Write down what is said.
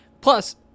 Plus